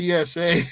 PSA